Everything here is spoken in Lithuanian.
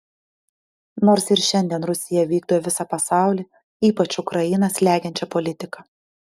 nors ir šiandien rusija vykdo visą pasaulį ypač ukrainą slegiančią politiką